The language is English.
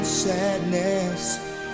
Sadness